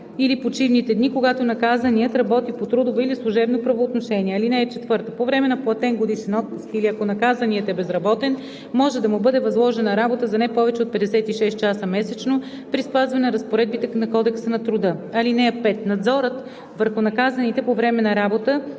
или почивните дни, когато наказаният работи по трудово или служебно правоотношение. (4) По време на платен годишен отпуск или ако наказаният е безработен, може да му бъде възложена работа за не повече от 56 часа месечно при спазване разпоредбите на Кодекса на труда. (5) Надзорът върху наказаните по време на работа